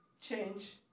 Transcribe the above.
change